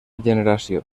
generació